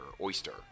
oyster